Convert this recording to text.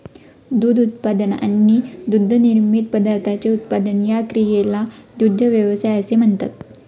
दूध उत्पादन आणि दुग्धनिर्मित पदार्थांचे उत्पादन या क्रियेला दुग्ध व्यवसाय असे म्हणतात